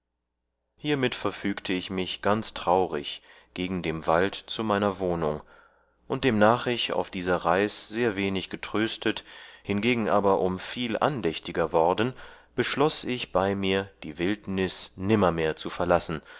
hiermit verfügte ich mich ganz traurig gegen dem wald zu meiner wohnung und demnach ich auf dieser reis sehr wenig getröstet hingegen aber um viel andächtiger worden beschloß ich bei mir die wildnus nimmermehr zu verlassen